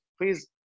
Please